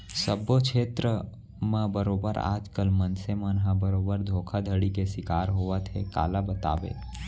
सब्बो छेत्र म बरोबर आज कल मनसे मन ह बरोबर धोखाघड़ी के सिकार होवत हे काला बताबे